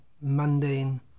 mundane